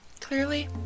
clearly